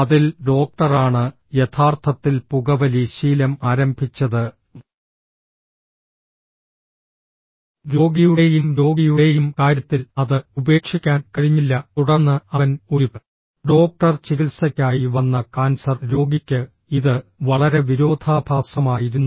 അതിൽ ഡോക്ടറാണ് യഥാർത്ഥത്തിൽ പുകവലി ശീലം ആരംഭിച്ചത് രോഗിയുടെയും രോഗിയുടെയും കാര്യത്തിൽ അത് ഉപേക്ഷിക്കാൻ കഴിഞ്ഞില്ല തുടർന്ന് അവൻ ഒരു ഡോക്ടർ ചികിത്സയ്ക്കായി വന്ന കാൻസർ രോഗിക്ക് ഇത് വളരെ വിരോധാഭാസമായിരുന്നു